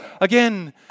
again